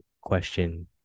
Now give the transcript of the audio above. question